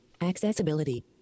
Accessibility